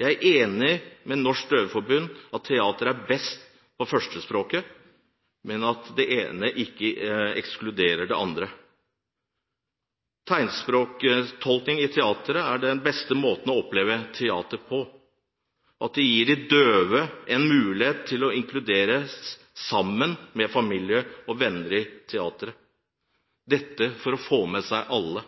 Jeg er enig med Norges Døveforbund i at teater er best på førstespråket, men at det ene ikke ekskluderer det andre. Tegnspråktolket teater er den nest beste måten å oppleve teater på, og dette gir de døve en mulighet til å inkluderes sammen med familie og venner i teateret – dette for å få med seg alle.